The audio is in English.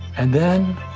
and then.